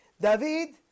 David